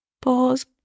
pause